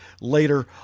later